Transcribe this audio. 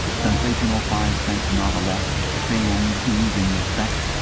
sensational five-cent novelettes, films oozing with sex,